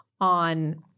on